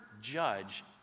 judge